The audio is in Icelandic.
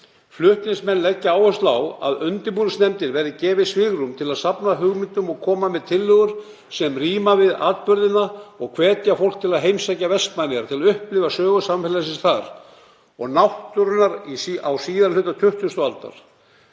Flutningsmenn leggja áherslu á að undirbúningsnefndinni verði gefið svigrúm til að safna hugmyndum og koma með tillögur sem ríma við atburðina og hvetji fólk til að heimsækja Vestmannaeyjar til að upplifa sögu samfélagsins þar, og náttúrunnar, á síðari hluta 20. aldar.